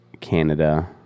Canada